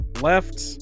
left